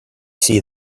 see